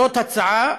זאת הצעה,